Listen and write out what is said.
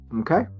Okay